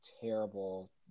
terrible